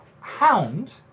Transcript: hound